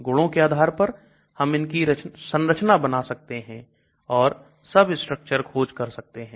गुणों के आधार पर हम इनकी संरचना बना सकते हैं और substructure खोज कर सकते हैं